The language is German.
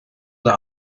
der